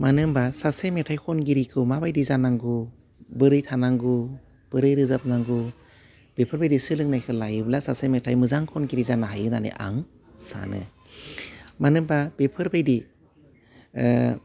मानो होमबा सासे मेथाइ खनगिरिखौ माबायदि जानांगौ बोरै थानांगौ बोरै रोजाबनांगौ बेफोरबायदि सोलोंनायखौ लायोब्ला सासे मेथाइ मोजां खनगिरि जानो हायो होननानै आं सानो मानो होमबा बेफोरबायदि ओह